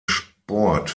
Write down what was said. sport